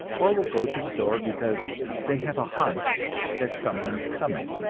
or will go to the door because they have a hunch that some one is coming.